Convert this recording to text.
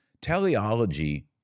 Teleology